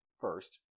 first